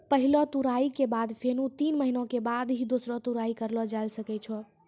पहलो तुड़ाई के बाद फेनू तीन महीना के बाद ही दूसरो तुड़ाई करलो जाय ल सकै छो